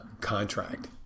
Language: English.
contract